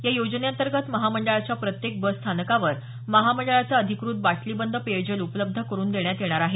या योजनेअंतर्गत महामंडळाच्या प्रत्येक बस स्थानकावर महामंडळाचं अधिकृत बाटली बंद पेयजल उपलब्ध करून देण्यात येणार आहे